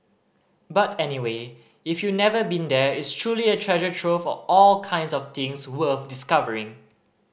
but anyway if you've never been there it's truly a treasure trove of all kinds of things worth discovering